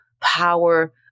power